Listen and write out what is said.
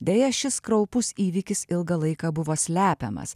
deja šis kraupus įvykis ilgą laiką buvo slepiamas